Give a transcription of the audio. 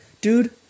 dude